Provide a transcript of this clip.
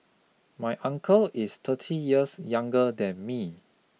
my uncle is thirty years younger than me